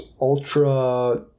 ultra